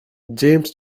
james